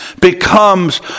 becomes